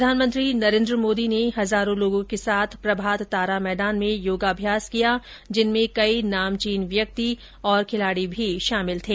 प्रधानमंत्री नरेंद्र मोदी ने हजारों लोगों के साथ प्रभात तारा मैदान में योगाभ्यास किया जिनमें कई नामचीन व्यक्ति खिलाड़ी भी शामिल थे